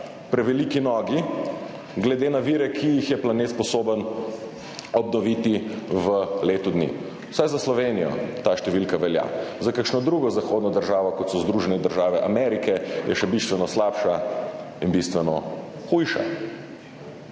preveliki nogi glede na vire, ki jih je planet sposoben obnoviti v letu dni. Vsaj za Slovenijo ta številka velja. Za kakšno drugo zahodno državo, kot so Združene države Amerike, je še bistveno slabša in bistveno hujša.